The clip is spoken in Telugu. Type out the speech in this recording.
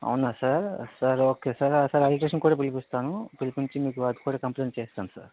అవునా sir sir okay sir electrician కూడా పిలిపిస్తాను పిలిపించి మీకు వాటికి కూడా కంప్లీట్ చేయిస్తాను సార్